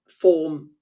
form